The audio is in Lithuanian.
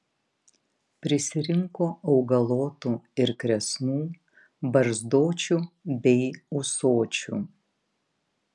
prisirinko augalotų ir kresnų barzdočių bei ūsočių